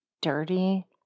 dirty